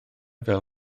fel